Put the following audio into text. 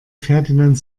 ferdinand